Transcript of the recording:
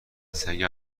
سگه